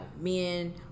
men